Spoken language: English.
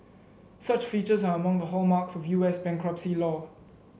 such features are among the hallmarks of U S bankruptcy law